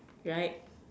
right